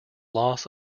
loss